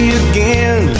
again